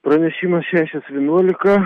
pranešimas šešios vienuolika